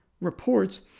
reports